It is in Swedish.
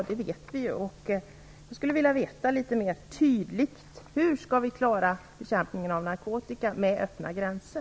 Det vet vi. Jag skulle vilja få det förklarat litet mer tydligt. Hur skall vi klara bekämpningen av narkotikan med öppna gränser?